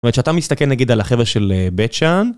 זאת אומרת שאתה מסתכל נגיד על החבר'ה של בית שאן